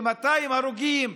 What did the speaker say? ל-200 הרוגים,